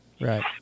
Right